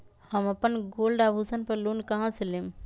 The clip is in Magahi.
हम अपन गोल्ड आभूषण पर लोन कहां से लेम?